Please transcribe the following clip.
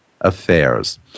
affairs